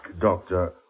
doctor